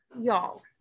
y'all